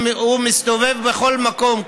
הוא מסתובב בכל מקום,